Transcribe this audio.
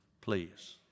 Please